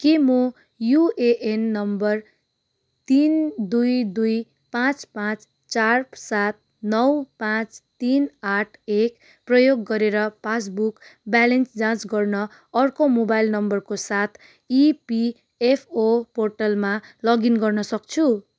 के म UAN number तिन दुई दुई पाँच पाँच चार सात नौ पाँच तिन आठ एक प्रयोग गरेर पासबुक ब्यालेन्स जाँच गर्न अर्को मोबाइल नम्बरको साथ इपिएफओ पोर्टलमा लगइन गर्न सक्छु